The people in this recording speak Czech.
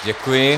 Děkuji.